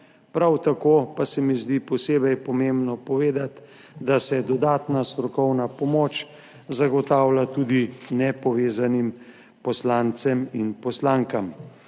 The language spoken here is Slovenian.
Prav tako pa se mi zdi posebej pomembno povedati, da se dodatna strokovna pomoč zagotavlja tudi nepovezanim poslancem in poslankam.